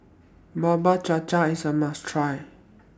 Bubur Cha Cha IS A must Try